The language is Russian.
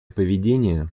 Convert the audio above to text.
поведение